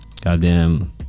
goddamn